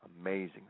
amazing